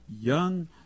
Young